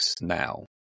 now